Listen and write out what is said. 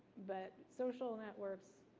but social networks,